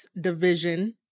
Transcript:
division